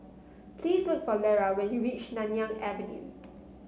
please look for Lera when you reach Nanyang Avenue